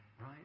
right